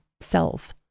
self